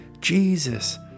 Jesus